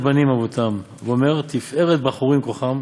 ותפארת בנים אבותם', ואומר 'תפארת בחורים כוחם